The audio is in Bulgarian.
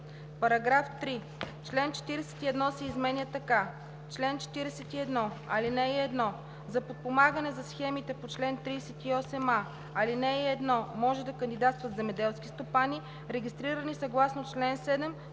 § 3: „§ 3. Член 41 се изменя така: „Чл. 41. (1) За подпомагане за схемите по чл. 38а, ал. 1 може да кандидатстват земеделски стопани, регистрирани съгласно чл. 7,